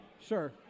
Sure